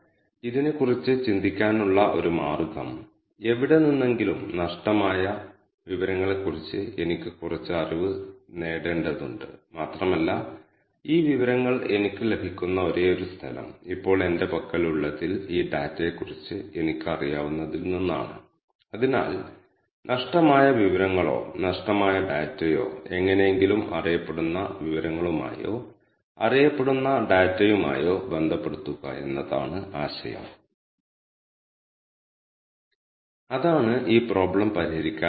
ശ്രദ്ധിക്കുക ഇത് capital V ആണ് നിങ്ങൾ ഈ കമാൻഡ് പ്രവർത്തിപ്പിച്ചുകഴിഞ്ഞാൽ അത് നിങ്ങളുടെ എഡിറ്റർ വിൻഡോയിൽ ഒരു ടാബുലാർ കോളം പോപ്പ് അപ്പ് ചെയ്യും അത് ഡാറ്റ ഫ്രെയിമിലെ വേരിയബിളുകളും ഡാറ്റ ഫ്രെയിമിലെ എൻട്രികളുടെ എണ്ണവും കാണിക്കുന്നു